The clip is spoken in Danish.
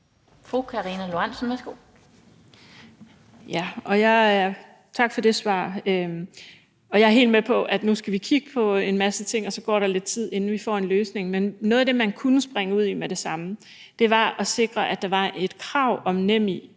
Tak for det.